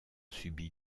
subi